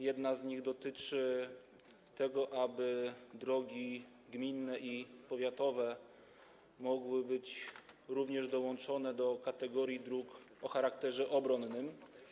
Jedna z nich dotyczy tego, aby drogi gminne i powiatowe mogły być również dołączone do kategorii dróg o charakterze obronnym.